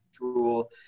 rule